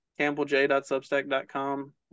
CampbellJ.substack.com